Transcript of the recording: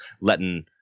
letting